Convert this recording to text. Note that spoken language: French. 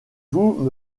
vous